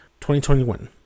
2021